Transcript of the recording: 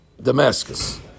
Damascus